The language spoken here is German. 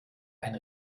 ein